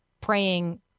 praying